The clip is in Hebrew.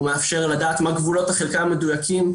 הוא מאפשר לדעת מה גבולות החלקה המדויקים.